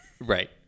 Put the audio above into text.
Right